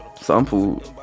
Sample